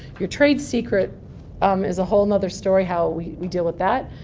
your trade secret um is a whole and other story how we we deal with that.